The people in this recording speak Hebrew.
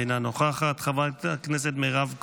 אינה נוכחת, חברת הכנסת מירב כהן,